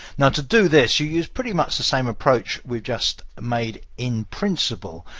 now to do this, you use pretty much the same approach we've just made in principle,